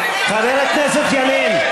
חבר הכנסת ילין.